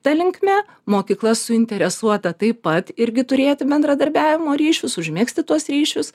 ta linkme mokykla suinteresuota taip pat irgi turėti bendradarbiavimo ryšius užmegzti tuos ryšius